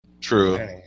true